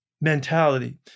mentality